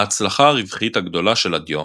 ההצלחה הרווחית הגדולה של הדיו,